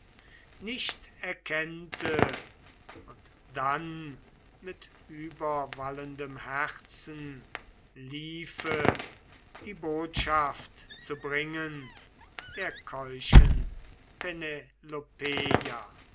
nicht erkennte und dann mit überwallendem herzen liefe die botschaft zu bringen der keuschen